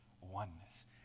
oneness